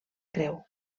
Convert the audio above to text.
creu